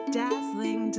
dazzling